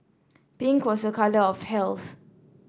pink was a colour of health